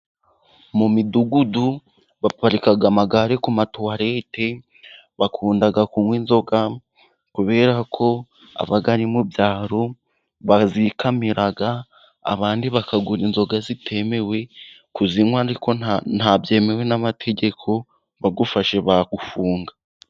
Mu midugudu baparika amagare ku matuwarete, bakunda kunywa inzoga, kubera ko aba ari mu byaro bazikamira, abandi bakagura inzoga zitemewe kuzinywa, ariko nta byemewe n'amategeko, bagufashe bagufunga.